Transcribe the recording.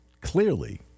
clearly